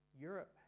Europe